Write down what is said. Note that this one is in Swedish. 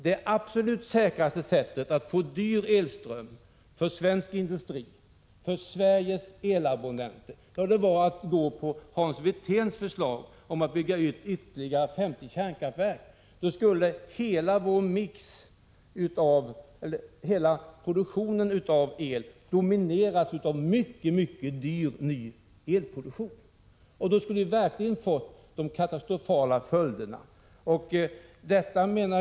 Det absolut säkraste sättet att få dyr elström för svensk industri och för Sveriges elabonnenter vore att gå på Hans Werthéns förslag om att bygga ytterligare 50 kärnkraftverk. Då skulle hela produktionen av el domineras av en mycket dyr ny elproduktion. Då skulle vi verkligen få de katastrofala följderna.